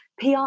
PR